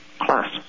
class